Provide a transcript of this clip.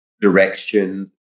direction